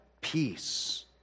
peace